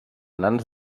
nans